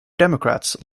democrats